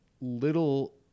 little